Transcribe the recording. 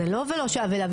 זה לא ולא שב אליו,